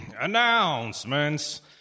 announcements